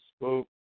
spoke